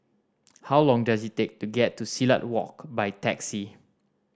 how long does it take to get to Silat Walk by taxi